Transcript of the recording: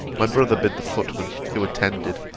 my brother bid the footman, who attended,